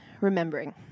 remembering